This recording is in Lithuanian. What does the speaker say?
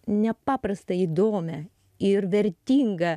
nepaprastai įdomią ir vertingą